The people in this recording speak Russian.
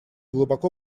глубоко